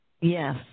Yes